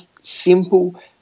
simple